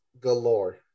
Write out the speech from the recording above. galore